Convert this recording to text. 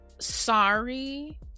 sorry